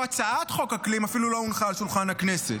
אפילו הצעת חוק האקלים לא הונחה על שולחן הכנסת.